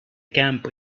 camp